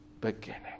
beginning